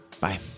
Bye